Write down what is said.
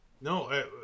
no